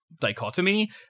dichotomy